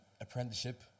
apprenticeship